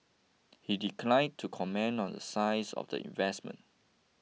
he declined to comment on the size of the investment